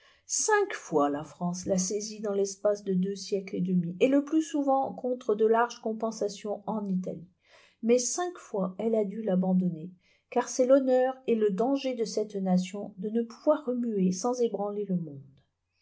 cinq fois la france l'a saisie dans l'espace de deux siècles et demi et le plus souvent contre de larges compensations en italie mais cinq fois elle a dû l'abandonner car c'est l'honneur et le danger de cette nation de ne pouvoir remuer sans ébranler le monde